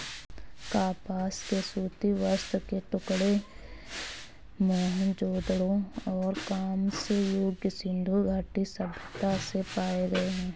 कपास के सूती वस्त्र के टुकड़े मोहनजोदड़ो और कांस्य युग सिंधु घाटी सभ्यता से पाए गए है